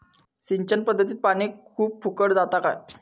सिंचन पध्दतीत पानी खूप फुकट जाता काय?